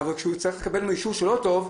אבל כשהוא יצטרך לקבל ממנו אישור שלא טוב,